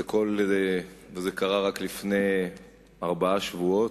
וזה קרה רק לפני ארבעה שבועות,